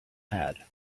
had